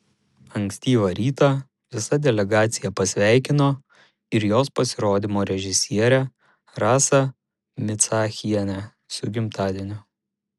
ankstyvą rytą visa delegacija pasveikino ir jos pasirodymo režisierę rasą micachienę su gimtadieniu